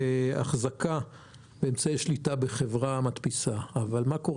לא, למעט 1,000 מכתבים, כמו